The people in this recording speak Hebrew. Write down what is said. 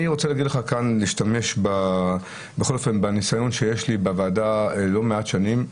אני רוצה להגיד לך כאן ולהשתמש בניסיון שיש לי בוועדה לא מעט שנים,